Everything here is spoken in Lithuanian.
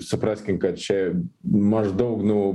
supraskim kad čia maždaug nuo